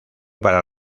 para